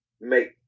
Make